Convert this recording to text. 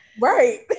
right